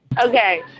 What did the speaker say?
okay